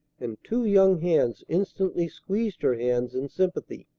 and two young hands instantly squeezed her hands in sympathy.